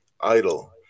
idle